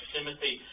Timothy